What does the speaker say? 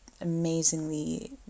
amazingly